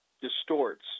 distorts